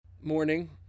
Morning